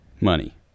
Money